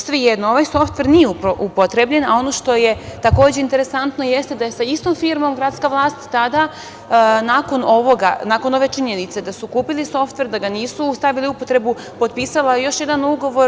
Svejedno, ovaj softver nije upotrebljen, a ono što je interesantno jeste da je sa istom firmom gradska vlast tada, nakon ove činjenice da su kupili softver, da ga nisu stavili u upotrebu, potpisala još jedan ugovor.